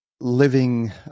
living